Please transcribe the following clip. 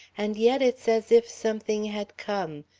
and yet it's as if something had come,